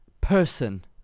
Person